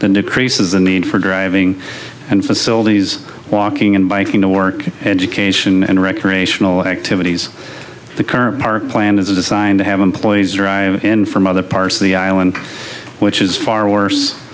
that decreases the need for driving and facilities walking and biking to work education and recreational activities the car park plan is designed to have employees drive in from other parts of the island which is far worse